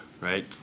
right